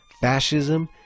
fascism